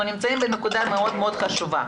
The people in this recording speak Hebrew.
אנחנו נמצאים בנקודה מאוד חשובה.